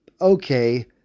okay